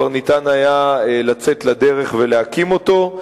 כבר ניתן היה לצאת לדרך ולהקים אותו.